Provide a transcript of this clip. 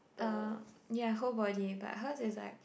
uh ya whole body but hers is like